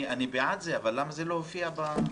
אני בעד, אבל למה זה לא הופיע בקודם?